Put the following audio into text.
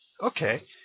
Okay